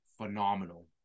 phenomenal